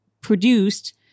produced